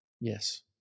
Yes